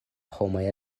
homaj